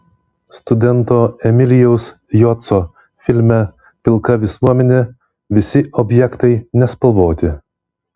studento emilijaus joco filme pilka visuomenė visi objektai nespalvoti